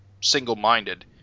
single-minded